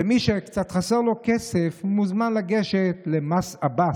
ומי שחסר לו קצת כסף מוזמן, לגשת למס עבאס,